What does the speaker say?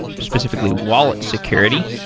specifically wallet security.